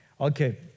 Okay